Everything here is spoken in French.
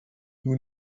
nous